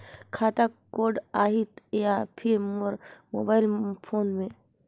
खाता कोड आही या फिर मोर मोबाइल फोन मे?